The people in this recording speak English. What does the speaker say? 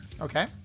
Okay